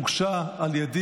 והוגשה על ידי,